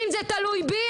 אם זה תלוי בי,